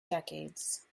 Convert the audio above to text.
decades